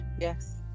Yes